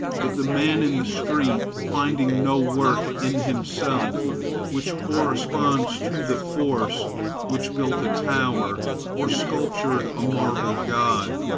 but the man in the street, finding no worth in himself which corresponds to the force which built a tower or sculptured a marble god,